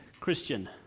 Christian